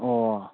ꯑꯣ